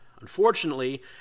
unfortunately